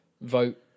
vote